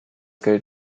geld